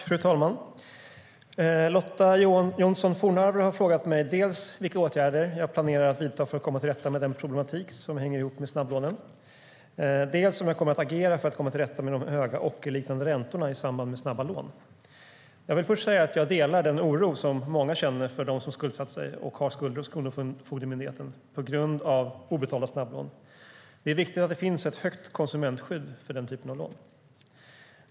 Fru talman! Lotta Johnsson Fornarve har frågat mig dels vilka åtgärder jag planerar att vidta för att komma till rätta med den problematik som hänger ihop med snabblånen, dels om jag kommer att agera för att komma till rätta med de höga ockerliknande räntorna i samband med snabba lån. Jag vill först säga att jag delar den oro som många känner för dem som har skuldsatt sig och har skulder hos Kronofogdemyndigheten på grund av obetalda snabblån. Det är viktigt att det finns ett högt konsumentskydd för denna typ av lån.